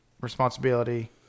responsibility